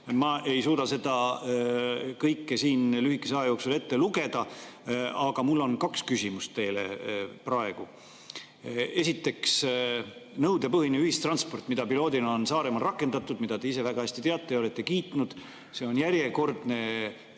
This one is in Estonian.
Ma ei suuda seda kõike siin lühikese aja jooksul ette lugeda. Aga mul on kaks küsimust teile praegu. Esiteks, nõudepõhine ühistransport, mida katseprojektina on Saaremaal rakendatud, mida te ise väga hästi teate ja olete kiitnud, on järjekordne